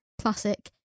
Classic